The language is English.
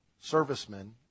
servicemen